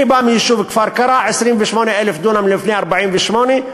אני בא מהיישוב כפר-קרע: 28,000 דונם לפני 1948,